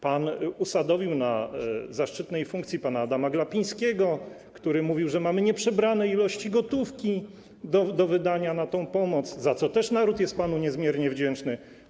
Pan usadowił na zaszczytnej funkcji pana Adama Glapińskiego, który mówił, że mamy nieprzebrane ilości gotówki do wydania na tę pomoc, za co też naród jest panu niezmiernie wdzięczny.